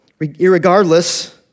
Irregardless